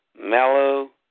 mellow